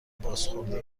بازخورد